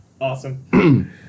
Awesome